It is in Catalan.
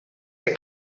que